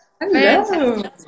Hello